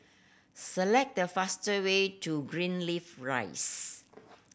select the faster way to Greenleaf Rise